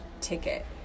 ticket